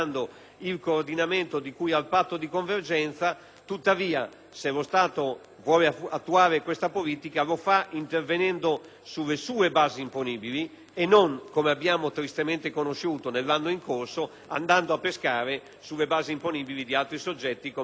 attuare questa politica lo fa intervenendo sulle sue basi imponibili e non, come abbiamo tristemente conosciuto nell'anno in corso, andando a pescare sulle basi imponibili di altri soggetti, come è avvenuto con l'ICI, determinando tutte le conseguenze negative di cui i Comuni si lamentano